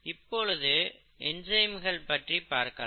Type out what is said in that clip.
இப்பொழுது என்சைம்கள் பற்றி பார்க்கலாம்